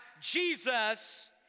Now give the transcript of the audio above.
Jesus